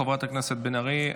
חברת הכנסת בן ארי,